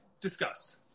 Discuss